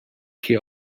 che